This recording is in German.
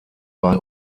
bei